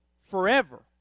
Forever